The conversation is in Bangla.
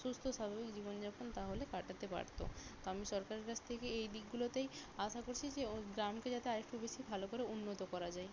সুস্থ স্বাভাবিক জীবনযাপন তাহলে কাটাতে পারত তো আমি সরকারের কাছ থেকে এই দিকগুলোতেই আশা করছি যে ওই গ্রামকে যাতে আর একটু বেশি ভালো করে উন্নত করা যায়